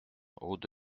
route